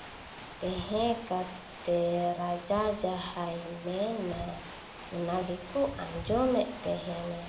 ᱛᱟᱦᱮᱸ ᱠᱟᱛᱮᱫ ᱨᱟᱡᱟ ᱡᱟᱦᱟᱸᱭ ᱢᱮᱱᱟ ᱚᱱᱟ ᱜᱮᱠᱚ ᱟᱸᱡᱚᱢᱮᱫ ᱛᱟᱦᱮᱱᱟ